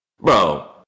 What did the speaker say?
bro